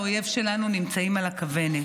כולנו מבחינת האויב שלנו נמצאים על הכוונת.